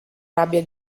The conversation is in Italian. rabbia